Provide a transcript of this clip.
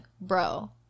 bro